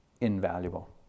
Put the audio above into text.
invaluable